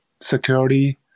security